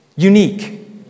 unique